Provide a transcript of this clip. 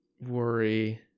worry